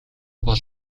бол